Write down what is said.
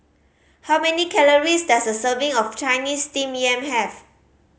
how many calories does a serving of Chinese Steamed Yam have